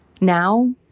Now